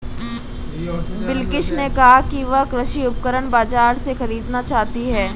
बिलकिश ने कहा कि वह कृषि उपकरण बाजार से खरीदना चाहती है